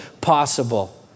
possible